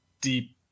deep